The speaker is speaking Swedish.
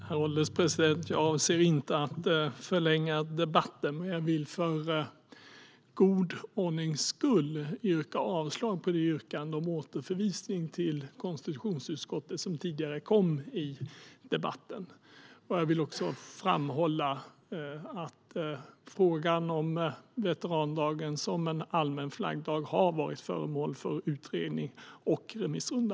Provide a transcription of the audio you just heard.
Herr ålderspresident! Jag avser inte att förlänga debatten. Men jag vill för god ordnings skull yrka avslag på det yrkande om återförvisning till konstitutionsutskottet som tidigare framfördes i debatten. Jag vill också framhålla att frågan om veterandagen som en allmän flaggdag har varit föremål för utredning och remissrunda.